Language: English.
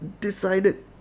decided